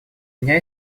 меня